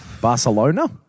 Barcelona